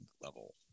level